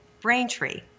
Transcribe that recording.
Braintree